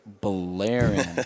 blaring